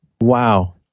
Wow